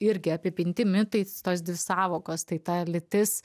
irgi apipinti mitais tos dvi sąvokos tai ta lytis